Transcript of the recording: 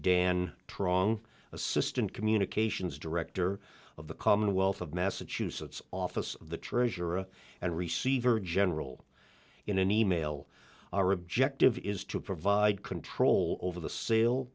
dan truong assistant communications director of the commonwealth of massachusetts office of the treasurer and receiver general in an e mail our objective is to provide control over the sale